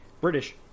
British